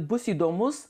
bus įdomus